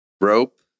rope